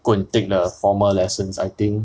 go and take the formal lessons I think